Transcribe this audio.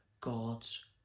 God's